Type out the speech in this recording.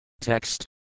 Text